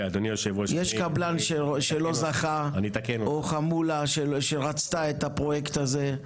יש קבלן שלא זכה, או חמולה שרצתה את הפרויקט הזה,